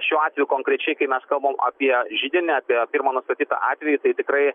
šiuo atveju konkrečiai kai mes kalbam apie židinį apie pirmą nustatytą atvejį tai tikrai